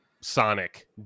Sonic